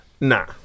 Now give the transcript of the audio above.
Nah